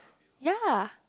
ya